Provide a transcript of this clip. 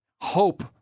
hope